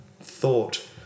thought